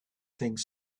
things